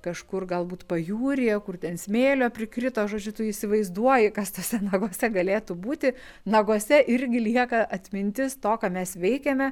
kažkur galbūt pajūryje kur ten smėlio prikrito žodžiu tu įsivaizduoji kas tuose naguose galėtų būti naguose irgi lieka atmintis to ką mes veikiame